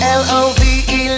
love